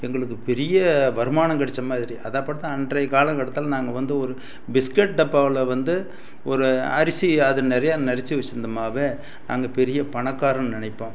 எங்களுக்கு பெரிய வருமானம் கிடைத்தமாதிரி அது அதாகபட்டது அன்றைய காலக்கட்டத்தில் நாங்கள் வந்து ஒரு பிஸ்கட் டப்பாவில் வந்து ஒரு அரிசி அது நிறையா நிறைச்சி வச்சுருந்தோம்னாவே நாங்கள் பெரிய பணக்காரன்னு நினைப்போம்